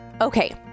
Okay